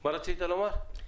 מה רצית לומר?